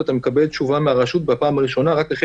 אתה מקבל תשובה מהרשות בפעם הראשונה רק אחרי